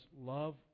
love